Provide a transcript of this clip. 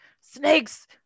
snakes